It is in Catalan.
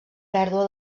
pèrdua